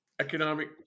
economic